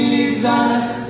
Jesus